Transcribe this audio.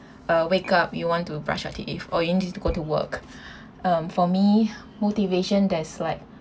uh wake up you want to brush your teeth or indeed to go to work um for me motivation there's like